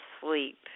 sleep